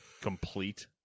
complete